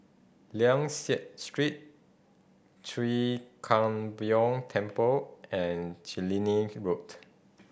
Liang Seah Street Chwee Kang Beo Temple and Killiney Road